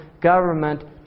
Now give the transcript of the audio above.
government